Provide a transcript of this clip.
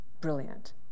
brilliant